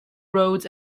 roads